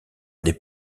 des